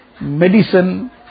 medicine